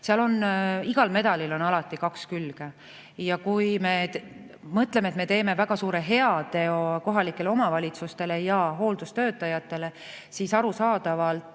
tulemist. Igal medalil on alati kaks külge. Kui me mõtleme, et teeme väga suure heateo kohalikele omavalitsustele ja hooldustöötajatele, siis arusaadavalt